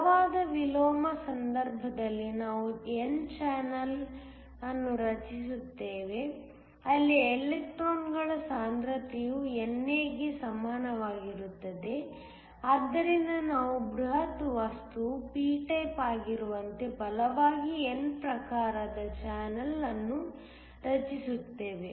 ಬಲವಾದ ವಿಲೋಮ ಸಂದರ್ಭದಲ್ಲಿ ನಾವು n ಚಾನೆಲ್ ಅನ್ನು ರಚಿಸುತ್ತೇವೆ ಅಲ್ಲಿ ಎಲೆಕ್ಟ್ರಾನ್ಗಳ ಸಾಂದ್ರತೆಯು NA ಗೆ ಸಮಾನವಾಗಿರುತ್ತದೆ ಆದ್ದರಿಂದ ನಾವು ಬೃಹತ್ ವಸ್ತುವು p ಟೈಪ್ ಆಗಿರುವಂತೆ ಬಲವಾಗಿ n ಪ್ರಕಾರದ ಚಾನಲ್ ಅನ್ನು ರಚಿಸುತ್ತೇವೆ